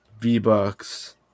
V-Bucks